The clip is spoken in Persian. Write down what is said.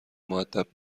مودب